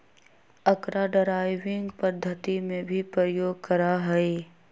अकरा ड्राइविंग पद्धति में भी प्रयोग करा हई